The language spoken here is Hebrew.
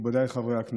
מכובדיי חברי הכנסת,